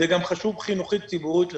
זה גם חשוב חינוכית-ציבורית לסולידריות,